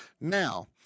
Now